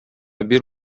бир